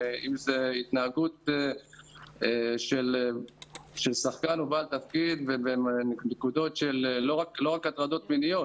אם זו ההתנהגות של שחקן או בעל תפקיד בנקודות של לא רק הטרדות מיניות,